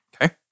Okay